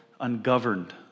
ungoverned